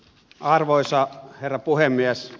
arvoisa herra puhemies